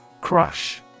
Crush